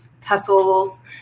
tussles